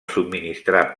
subministrar